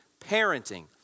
parenting